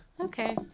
Okay